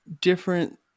different